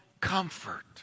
comfort